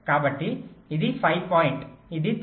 కాబట్టి ఇది 5 పాయింట్ ఇది 3